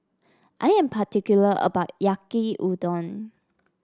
I am particular about my Yaki Udon